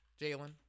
Jalen